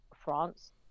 France